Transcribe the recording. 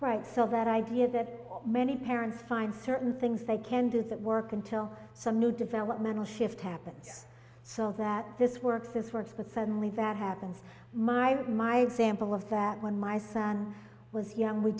right so that idea that many parents find certain things they can do that work until some new developmental shift happens so that this works this works but suddenly that happens my my example of that when my son was young we